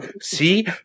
See